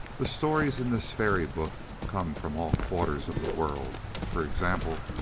the stories in this fairy book come from all quarters of the world. for example,